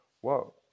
whoa